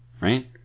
right